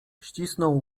ścisnął